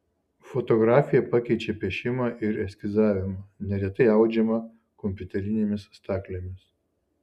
fotografija pakeičia piešimą ir eskizavimą neretai audžiama kompiuterinėmis staklėmis